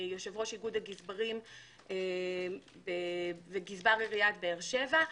יושב-ראש איגוד הגזברים וגזבר עיריית באר שבע.